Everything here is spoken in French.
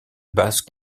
basse